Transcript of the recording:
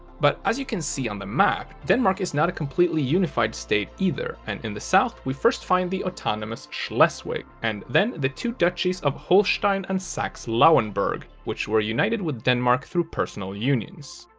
but as you can see on the map, denmark is not a completely unified state either, and in the south we first find the autonomous schleswig, and then the two duchies of holstein and saxe-lauenburg, which were united with denmark through personal unions.